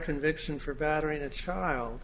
conviction for battery and child